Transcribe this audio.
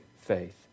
faith